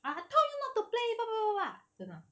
ah I told you not to play blah blah blah blah blah 真的